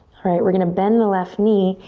alright, we're gonna bend the left knee.